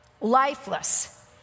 lifeless